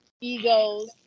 egos